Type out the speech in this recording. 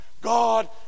God